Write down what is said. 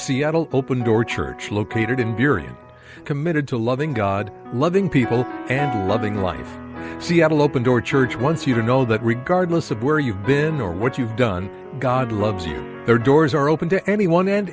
seattle open door church located in period committed to loving god loving people and loving life seattle open door church once you know that regardless of where you've been or what you've done god loves you there doors are open to anyone and